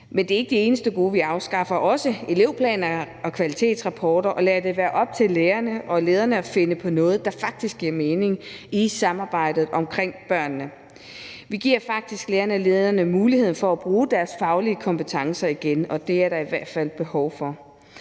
Men det er ikke det eneste gode. Vi afskaffer også elevplaner og kvalitetsrapporter og lader det være op til lærerne og lederne at finde på noget, der faktisk giver mening i samarbejdet omkring børnene. Vi giver faktisk lærerne og lederne mulighed for at bruge deres faglige kompetencer igen, og det er der i hvert fald behov for.